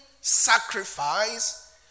sacrifice